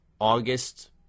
August